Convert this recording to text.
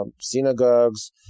synagogues